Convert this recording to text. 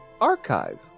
archive